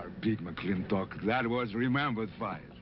big mclintock, that was remembered fight.